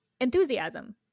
Enthusiasm